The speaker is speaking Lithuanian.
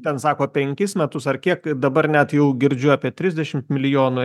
ten sako penkis metus ar kiek dabar net jau girdžiu apie trisdešimt milijonų